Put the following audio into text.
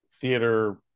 theater